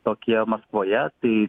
tokie maskvoje tai